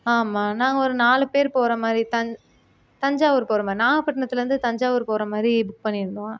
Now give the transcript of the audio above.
ஆமாம் நாங்கள் ஒரு நாலு பேர் போகிற மாதிரி தஞ் தஞ்சாவூர் போகிற மாதிரி நாகபட்டினத்துலேருந்து தஞ்சாவூர் போகிற மாதிரி புக் பண்ணியிருந்தோம்